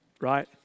right